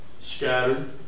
scattered